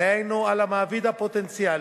דהיינו על מעביד פוטנציאלי,